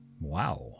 Wow